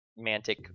mantic